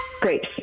Grapes